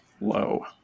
low